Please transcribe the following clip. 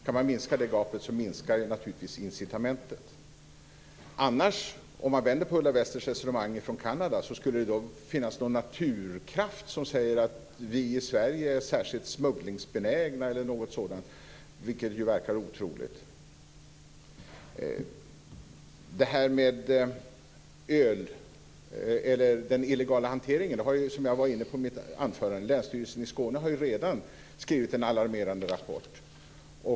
Om man minskar gapet, minskar naturligtvis incitamentet. Om man vänder på Ulla Westers resonemang om exemplet Kanada, skulle det finnas någon naturkraft som säger att vi i Sverige är särskilt smugglingsbenägna eller något sådant, vilket ju verkar otroligt. Detta med den illegala hanteringen har, som jag var inne på i mitt anförande, Länsstyrelsen i Skåne redan skrivit en alarmerande rapport om.